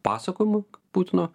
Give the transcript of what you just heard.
pasakojimą putino